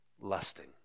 lusting